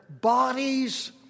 bodies